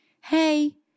Hey